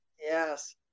Yes